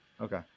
okay